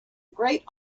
great